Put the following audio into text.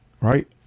right